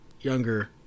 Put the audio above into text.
younger